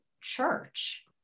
church